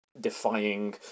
defying